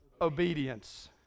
obedience